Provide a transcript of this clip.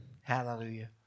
Hallelujah